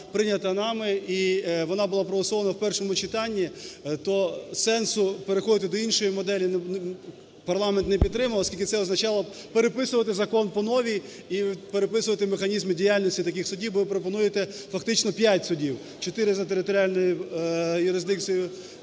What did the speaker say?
прийнята нами і вона була проголосована в першому читанні, то сенсу переходити до іншої моделі не, парламент не підтримав. Оскільки це означало б переписувати закон по новій і переписувати механізми діяльності таких судів. Бо ви пропонуєте фактично 5 судів: 4 за територіальною юрисдикцією